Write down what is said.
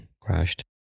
crashed